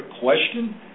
question